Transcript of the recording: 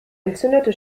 entzündete